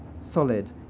solid